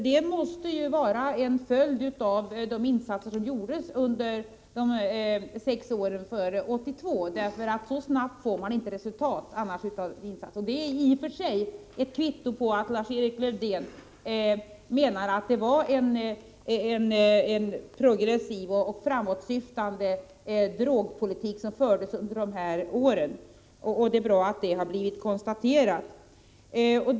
Det måste vara en följd av de insatser som gjordes under de sex åren före 1982, för snabbare än så får man inte resultat av sina insatser. Det är i och för sig ett kvitto på att Lars-Erik Lövdén menar att det var en progressiv och framåtsyftande drogpolitik som fördes under de här åren. Det är bra att det har blivit konstaterat.